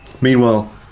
meanwhile